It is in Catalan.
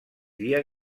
dia